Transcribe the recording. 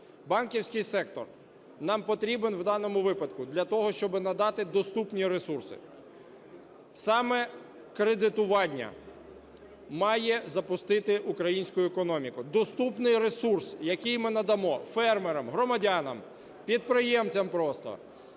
Банківський сектор нам потрібен в даному випадку для того, щоб надати доступні ресурси. Саме кредитування має запустити українську економіку, доступний ресурс, який ми надамо фермерам, громадянам, підприємцям просто.